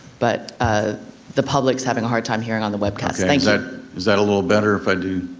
but ah the public's having a hard time hearing on the webcast, is that a little better if i do.